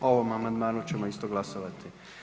O ovom amandmanu ćemo isto glasovati.